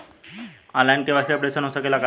आन line KYC updation हो सकेला का?